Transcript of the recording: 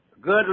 Good